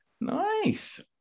Nice